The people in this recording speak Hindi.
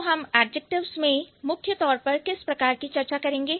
तो हम एडजेक्टिव्स में मुख्य तौर पर किस प्रकार की चर्चा करेंगे